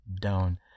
down